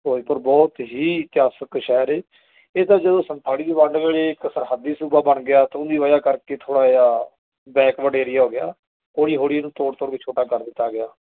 ਫਿਰੋਜ਼ਪੁਰ ਬਹੁਤ ਹੀ ਇਤਿਹਾਸਿਕ ਸ਼ਹਿਰ ਹੈ ਇਹ ਤਾਂ ਜਦੋਂ ਸਨਤਾਲੀ ਦੀ ਵੰਡ ਵੇਲੇ ਇੱਕ ਸਰਹੱਦੀ ਸੂਬਾ ਬਣ ਗਿਆ ਤਾਂ ਉਹਦੀ ਵਜ੍ਹਾ ਕਰਕੇ ਥੋੜ੍ਹਾ ਜਿਹਾ ਬੈਕਵਰਡ ਏਰੀਆ ਹੋ ਗਿਆ ਹੌਲੀ ਹੌਲੀ ਇਹਨੂੰ ਤੋੜ ਤੋੜ ਕੇ ਛੋਟਾ ਕਰ ਦਿੱਤਾ ਗਿਆ